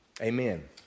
Amen